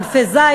ענפי זית,